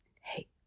Hey